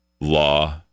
law